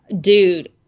Dude